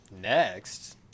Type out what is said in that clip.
next